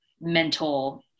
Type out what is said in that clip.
mental